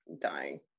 dying